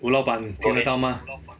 吴老板听得到吗